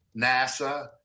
nasa